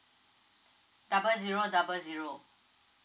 double zero double zero